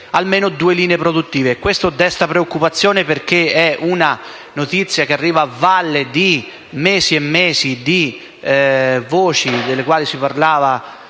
almeno due linee produttive. Questo desta preoccupazione, perché è una notizia che arriva a valle di mesi e mesi di voci, dalle quali abbiamo